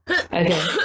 Okay